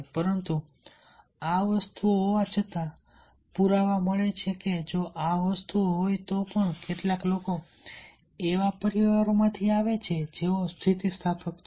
પરંતુ આ વસ્તુઓ હોવા છતાં જો પુરાવા મળે છે કે જો આ વસ્તુઓ હોય તો પણ કેટલાક લોકો એવા પરિવારોમાંથી પણ આવે છે જેઓ સ્થિતિસ્થાપક છે